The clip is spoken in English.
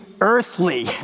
earthly